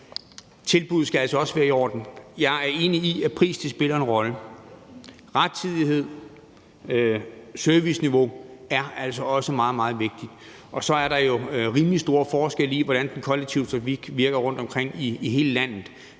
tilbuddet skal altså også være i orden. Jeg er enig i, at prisen spiller en rolle. Rettidighed og serviceniveau er altså også meget, meget vigtigt, og så er der jo rimelig stor forskel på, hvordan den kollektive trafik virker rundtomkring i landet.